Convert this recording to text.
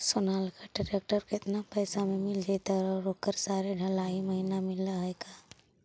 Sonalika tractor केतना पैसा में मिल जइतै और ओकरा सारे डलाहि महिना मिलअ है का?